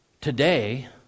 today